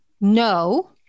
no